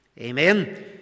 Amen